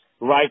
right